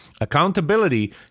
Accountability